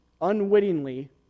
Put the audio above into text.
unwittingly